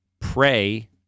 Pray